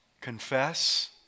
confess